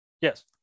yes